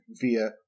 via